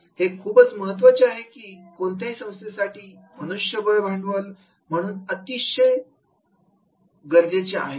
हे खूप महत्त्वाचे आहे की कोणत्याही संस्थेसाठी मनुष्यबळ भांडवल म्हणून विकसित होणे अतिशय गरजेचे आहे